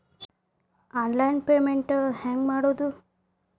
Online payment ಹೆಂಗ್ ಮಾಡೋದು?